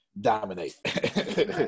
dominate